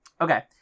Okay